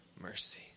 mercy